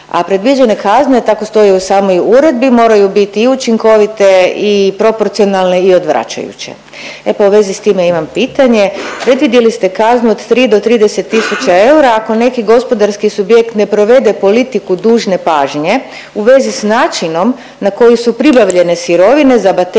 a predviđene kazne, tako stoji u samoj uredbi, moraju biti i učinkovite i proporcionalne i odvraćajuće. E pa u vezi s time imam pitanje, predvidjeli ste kaznu od 3 do 30 tisuća eura ako neki gospodarski subjekt ne provede politiku dužne pažnje u vezi s načinom na koji su pribavljene sirovine za baterije